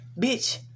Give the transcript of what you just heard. bitch